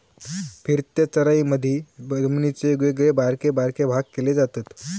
फिरत्या चराईमधी जमिनीचे वेगवेगळे बारके बारके भाग केले जातत